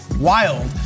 wild